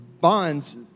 bonds